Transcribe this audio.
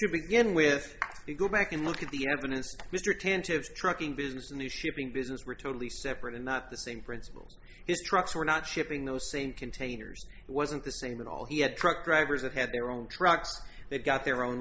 to begin with you go back and look at the evidence mr attentive trucking business in the shipping business were totally separate and not the same principles is trucks were not shipping those same containers wasn't the same in all he had truck drivers that had their own trucks they got their own